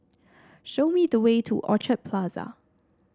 show me the way to Orchard Plaza